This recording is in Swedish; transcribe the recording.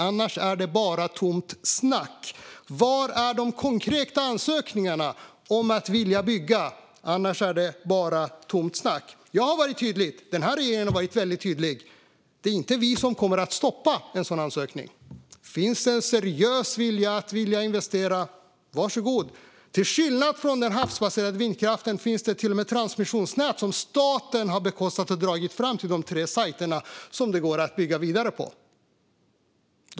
Annars är det bara tomt snack. Var är de konkreta ansökningarna om att bygga? Visa mig dem! Annars är det bara tomt snack. Jag har varit tydlig. Den här regeringen har varit tydlig. Det är inte vi som kommer att stoppa en sådan ansökan. Finns det en seriös vilja att investera, varsågod! Till skillnad från när det gäller den havsbaserade vindkraften finns det till och med transmissionsnät som staten har bekostat och dragit fram till de tre sajter som det går att bygga vidare på.